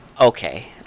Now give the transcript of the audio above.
okay